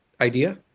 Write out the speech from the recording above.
idea